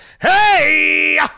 hey